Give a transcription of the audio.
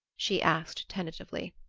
she asked tentatively.